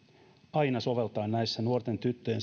aina soveltaa näissä nuorten tyttöjen